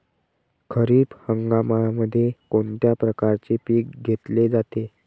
खरीप हंगामामध्ये कोणत्या प्रकारचे पीक घेतले जाते?